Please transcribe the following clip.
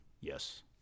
Yes